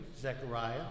Zechariah